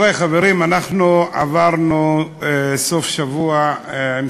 ויסכם אחריו השר אופיר אקוניס, שר